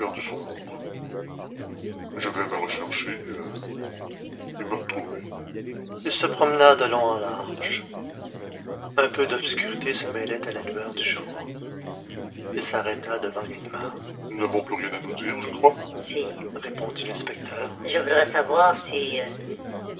son ombre je vais me rechercher et me retrouver il se promena de long en large un peu d'obscurité se mêlait à la lueur du jour il s'arrêta devant ganimard nous n'avons plus rien à nous dire je crois si répondit l'inspecteur je voudrais savoir si